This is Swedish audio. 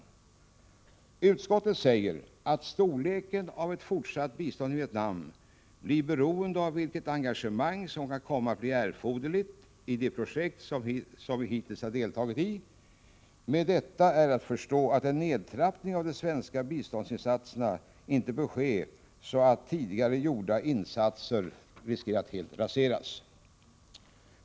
Utskottet säger att storleken av ett fortsatt bistånd till Vietnam blir beroende av vilket engagemang som kan komma att bli erforderligt i de projekt vi hittills deltagit i. Med detta är att förstå att en nedtrappning av de svenska biståndsinsatserna inte bör ske på så sätt att tidigare gjorda insatser riskerar att raseras.